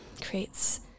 creates